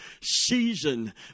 season